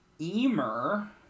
Emer